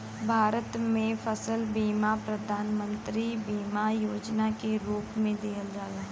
भारत में फसल बीमा प्रधान मंत्री बीमा योजना के रूप में दिहल जाला